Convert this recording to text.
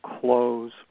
close